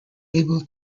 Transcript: able